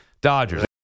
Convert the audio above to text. Dodgers